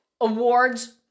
awards